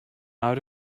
out